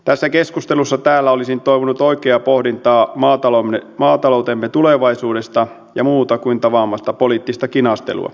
tässä keskustelussa täällä olisin toivonut oikeaa pohdintaa maataloutemme tulevaisuudesta ja muuta kuin tavanomaista poliittista kinastelua